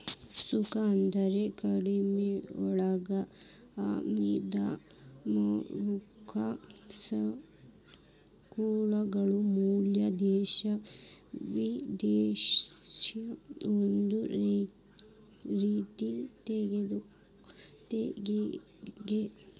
ಸುಂಕ ಅಂದ್ರ ಗಡಿಯೊಳಗ ಆಮದ ಮಾಡ್ಕೊಂಡ ಸರಕುಗಳ ಮ್ಯಾಲೆ ದೇಶ ವಿಧಿಸೊ ಒಂದ ರೇತಿ ತೆರಿಗಿ